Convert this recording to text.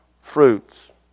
fruits